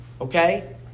okay